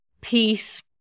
peace